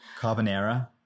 Carbonara